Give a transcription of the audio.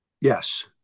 Yes